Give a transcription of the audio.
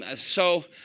ah so